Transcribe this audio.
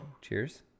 cheers